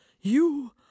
You